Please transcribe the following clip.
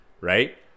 right